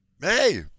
Hey